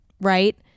right